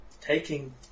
taking